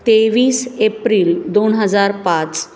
तेवीस एप्रिल दोन हजार पाच